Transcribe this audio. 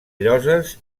lloses